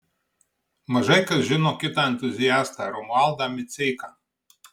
mažai kas žino kitą entuziastą romualdą miceiką